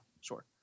sure